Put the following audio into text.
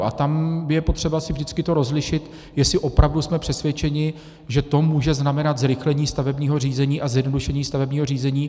A tam je potřeba vždycky rozlišit, jestli opravdu jsme přesvědčeni, že to může znamenat zrychlení stavebního řízení a zjednodušení stavebního řízení.